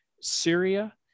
Syria